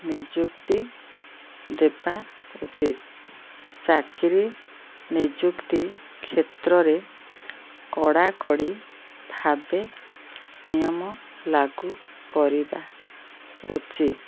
ନିଯୁକ୍ତି ଦେବା ଉଚିତ ଚାକିରୀ ନିଯୁକ୍ତି କ୍ଷେତ୍ରରେ କଡ଼ାକଡ଼ି ଭାବେ ନିୟମ ଲାଗୁ କରିବା ଉଚିତ